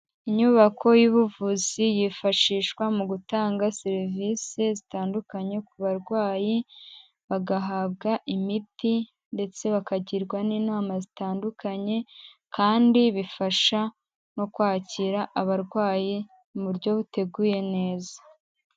Inyubako y'ubuvuzi yifashishwa mu gutanga serivisi zitandukanye ku barwayi, bagahabwa imiti ndetse bakagirwa n'inama zitandukanye kandi, bifasha no kwakira abarwayi mu buryo buteguye neza.